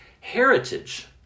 heritage